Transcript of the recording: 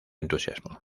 entusiasmo